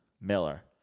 Miller